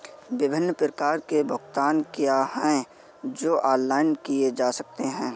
विभिन्न प्रकार के भुगतान क्या हैं जो ऑनलाइन किए जा सकते हैं?